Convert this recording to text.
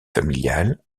familiale